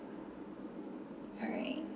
alright